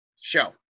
show